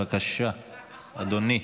בבקשה, אדוני.